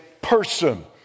person